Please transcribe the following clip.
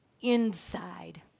inside